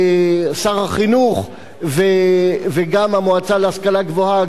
שר החינוך וגם המועצה להשכלה הגבוהה,